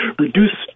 reduce